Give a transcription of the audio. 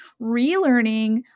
relearning